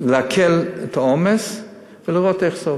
להקל את העומס ולראות איך זה עובד.